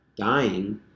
dying